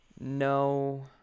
No